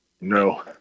No